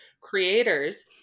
creators